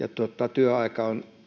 työaika on